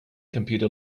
computer